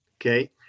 okay